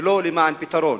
ולא למען פתרון.